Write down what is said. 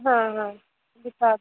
हाँ हाँ बेकार